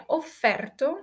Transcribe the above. offerto